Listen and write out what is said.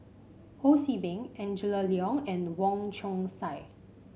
Ho See Beng Angela Liong and Wong Chong Sai